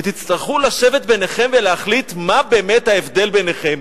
ותצטרכו לשבת ביניכם ולהחליט מה באמת ההבדל ביניכם.